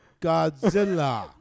Godzilla